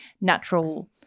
natural